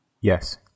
Yes